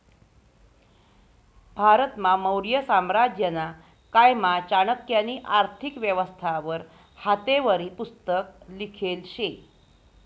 भारतमा मौर्य साम्राज्यना कायमा चाणक्यनी आर्थिक व्यवस्था वर हातेवरी पुस्तक लिखेल शे